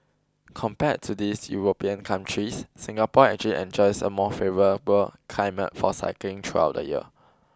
compared to these European countries Singapore actually enjoys a more favourable climate for cycling throughout the year